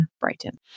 Brighton